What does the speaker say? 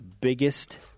biggest